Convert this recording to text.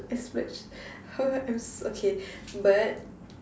I splurge I'm s~ okay but